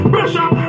Pressure